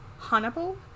Hannibal